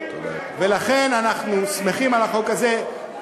לכן, אנחנו שמחים על החוק הזה.